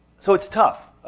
so it's tough.